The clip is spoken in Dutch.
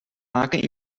maken